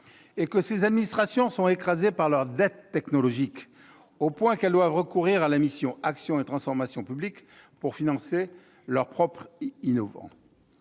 et que ces administrations sont écrasées par leur dette technologique au point qu'elles doivent recourir à la mission « Action et transformation publiques » pour financer leurs projets innovants.